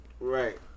Right